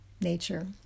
nature